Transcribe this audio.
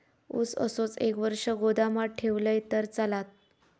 ऊस असोच एक वर्ष गोदामात ठेवलंय तर चालात?